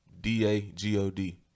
D-A-G-O-D